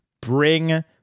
bring